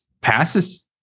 passes